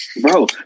Bro